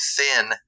thin